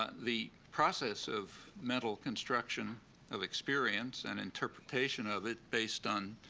the process of mental construction of experience and interpretation of it based on